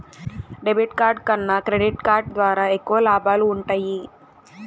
debit card కన్నా credit card ద్వారా ఎక్కువ లాబాలు వుంటయ్యి